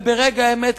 וברגע האמת,